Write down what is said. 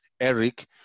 Eric